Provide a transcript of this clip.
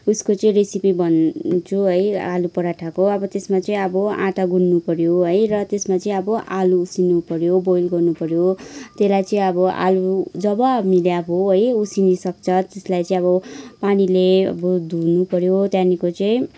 उसको चाहिँ रेपेसी भन्छु है आलुपराठाको अब त्यसमा चाहिँ अब आँटा गुन्नुपऱ्यो है र त्यसमा चाहिँ अब आलु उसिन्नुपऱ्यो बोइल गर्नुपऱ्यो त्यसलाई चाहिँ अब आलु जब हामीले अब है उसिनिई सक्छ त्यसलाई चाहिँ अब पानीले अब धु धुनुपऱ्यो त्यहाँदेखिको चाहिँ